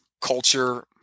Culture